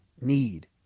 need